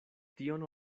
tion